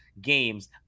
games